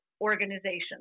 organizations